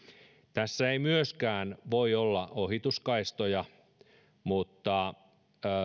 tässä ei myöskään voi olla ohituskaistoja mutta